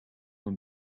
een